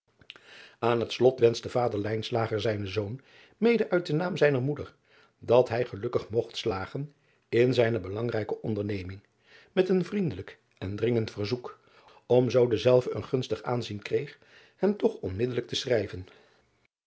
an het slot wenschte vader zijnen zoon mede uit den naam zijner moeder dat hij gelukkig mogt slagen in zijne belangrijke onderneming met een vriendelijk en dringend verzoek om zoo dezelve een gunstig aanzien kreeg hem toch onmiddelijk te schrijven